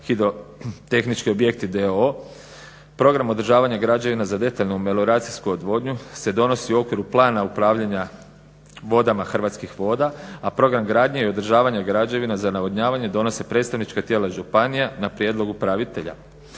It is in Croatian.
hidrotehnički objekti d.o.o., program održavanja građevina za detaljnu melioracijsku odvodnju se donosi u okviru plana upravljanja vodama Hrvatskih voda a program gradnje i održavanja građevina za navodnjavanje donose predstavnička tijela županija na prijedlog upravitelja.